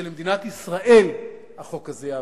שלמען מדינת ישראל החוק הזה יעבור,